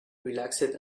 relaxed